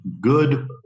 good